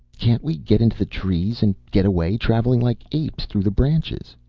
can't we get into the trees and get away, traveling like apes through the branches?